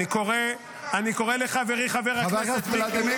אני קורא לחברי חבר הכנסת מיקי לוי --- חבר הכנסת ולדימיר,